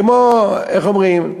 כמו, איך אומרים,